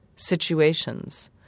situations